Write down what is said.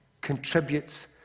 contributes